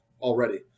already